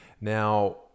Now